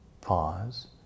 Pause